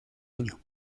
año